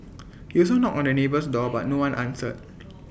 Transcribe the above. he also knocked on the neighbour's door but no one answered